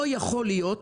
לא יכול להיות,